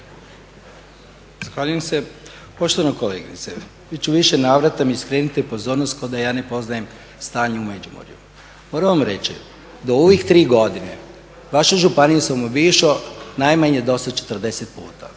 Zahvaljujem se. Poštovana kolegice već u više navrata mi skrećete pozornost kao da ja ne poznajem stanje u Međimurju. Moram vam reći da u ovih tri godine vašu županiju sam obišao najmanje dosad 40 puta,